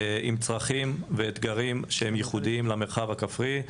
עם צרכים ואתגרים שהם ייחודיים למרחב הכפרי.